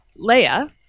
Leia